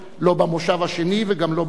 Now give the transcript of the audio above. לא במושב השני וגם לא בשלישי.